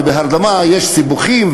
ובהרדמה יש סיבוכים,